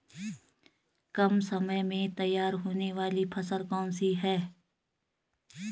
कम समय में तैयार होने वाली फसल कौन सी है?